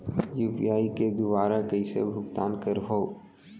UPI के दुवारा कइसे भुगतान करहों?